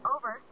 Over